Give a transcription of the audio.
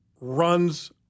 runs